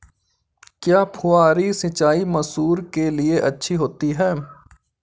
क्या फुहारी सिंचाई मसूर के लिए अच्छी होती है?